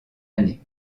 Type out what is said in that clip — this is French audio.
année